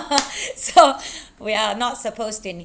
so we are not supposed to